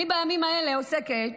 בימים אלה אני עוסקת